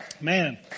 Man